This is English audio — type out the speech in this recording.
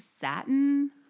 satin